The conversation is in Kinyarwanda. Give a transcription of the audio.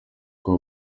kuva